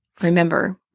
remember